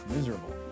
Miserable